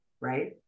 Right